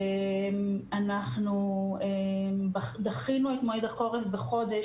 אנחנו דחינו את מועד החורף בחודש,